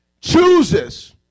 chooses